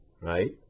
right